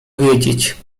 wiedzieć